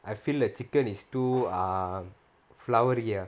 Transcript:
I feel like chicken is too err flowery ah